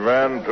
Van